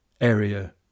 area